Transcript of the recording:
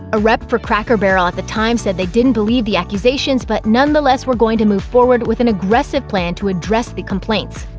a rep for cracker barrel at the time said they didn't believe the accusations, but nonetheless were going to move forward with an aggressive plan to address the complaints.